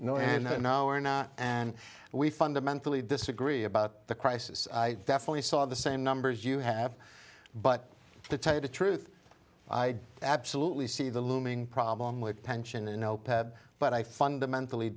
there now are not and we fundamentally disagree about the crisis i definitely saw the same numbers you have but to tell you the truth i absolutely see the looming problem with pension and no pat but i fundamentally